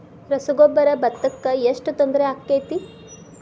ರಸಗೊಬ್ಬರ, ಭತ್ತಕ್ಕ ಎಷ್ಟ ತೊಂದರೆ ಆಕ್ಕೆತಿ?